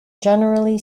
generally